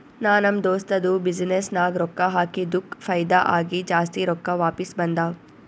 ನಾ ನಮ್ ದೋಸ್ತದು ಬಿಸಿನ್ನೆಸ್ ನಾಗ್ ರೊಕ್ಕಾ ಹಾಕಿದ್ದುಕ್ ಫೈದಾ ಆಗಿ ಜಾಸ್ತಿ ರೊಕ್ಕಾ ವಾಪಿಸ್ ಬಂದಾವ್